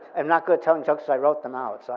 i'm not good at telling jokes so i wrote them out, so i